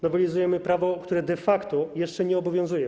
Nowelizujemy prawo, które de facto jeszcze nie obowiązuje.